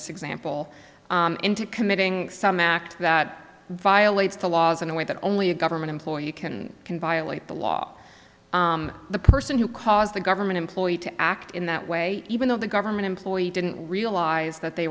this example into committing some act that violates the laws in a way that only a government employee you can can violate the law the person who caused the government employee to act in that way even though the government employee didn't realize that they